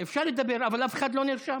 אפשר לדבר, אבל אף אחד לא נרשם.